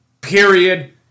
Period